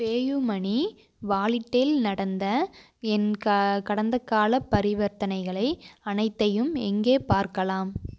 PayUmoney வாலெட்டில் நடந்த என் க கடந்த கால பரிவர்த்தனைகளை அனைத்தையும் எங்கே பார்க்கலாம்